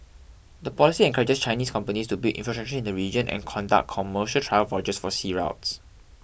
the policy encourages Chinese companies to build infrastructure in the region and conduct commercial trial voyages for sea routes